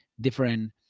different